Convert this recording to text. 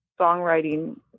songwriting